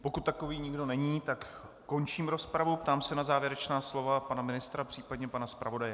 Pokud takový nikdo není, tak končím rozpravu a ptám se na závěrečná slova pana ministra, případně pana zpravodaje.